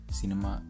cinema